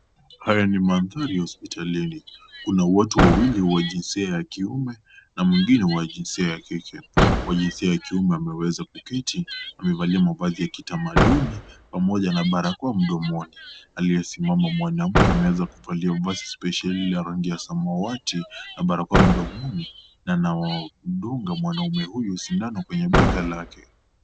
Hayo ni mandhari ya hospitali. Kuna watu wawili wa jinsia ya kiume na mwingine wa jinsia ya kike. Wa jinsia ya kiume ameweza kuketi, amevalia mavazi ya kitamaduni pamoja na barakoa mdomoni. Aliyesimama mwanamke ameweza kuvalia mavazi spesheli ya rangi ya samawati na barakoa mdomoni. Na anadunga mwanaume huyu sindano kwenye bega lake.